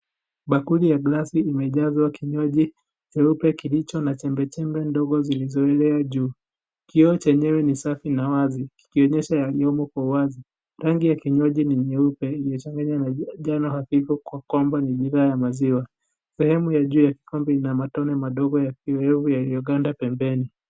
Bkuli ya glasi imejazwa kinywaji nyeupe kilicho na chembechembe ndogo zilizoelea juu. Kioo chenyewe ni safi na wazi kikionyesha yaliyomo kwa wazi. Rangi ya kinywaji ni nyeupe iliyochanganywa na njano hafifu kwa kwamba ni nira ya maziwa. Sehemu ya juu ya kikombe ina matone madogo ya kiowevu yaliyoganda pembeni.